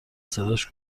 صداش